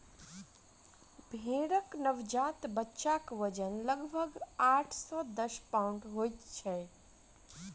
भेंड़क नवजात बच्चाक वजन लगभग आठ सॅ दस पाउण्ड होइत छै